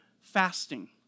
fasting